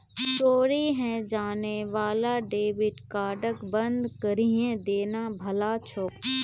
चोरी हाएं जाने वाला डेबिट कार्डक बंद करिहें देना भला छोक